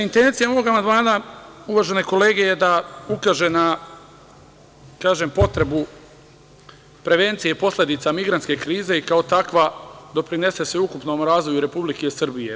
Intencija mog amandmana, uvažene kolege, da ukaže na potrebu prevencije posledica migrantske krize i kao takva doprinese sveukupnom razvoju Republike Srbije.